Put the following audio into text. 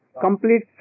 complete